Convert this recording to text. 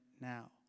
now